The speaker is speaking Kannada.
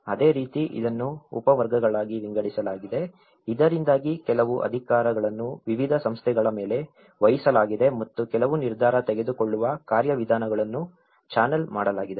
ಅದೇ ರೀತಿ ಇದನ್ನು ಉಪವರ್ಗಗಳಾಗಿ ವಿಂಗಡಿಸಲಾಗಿದೆ ಇದರಿಂದಾಗಿ ಕೆಲವು ಅಧಿಕಾರಗಳನ್ನು ವಿವಿಧ ಸಂಸ್ಥೆಗಳ ಮೇಲೆ ವಹಿಸಲಾಗಿದೆ ಮತ್ತು ಕೆಲವು ನಿರ್ಧಾರ ತೆಗೆದುಕೊಳ್ಳುವ ಕಾರ್ಯವಿಧಾನಗಳನ್ನು ಚಾನೆಲ್ ಮಾಡಲಾಗಿದೆ